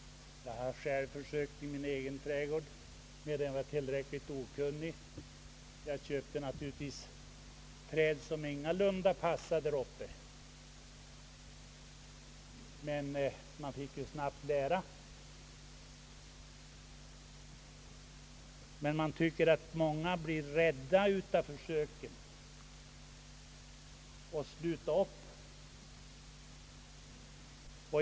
Jag har själv försökt i min egen trädgård men var alltför okunnig. Jag köpte träd som inte passade där uppe. Men man fick ju snabbt lära. Många blir emellertid rädda av misslyckade försök och slutar upp.